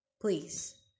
please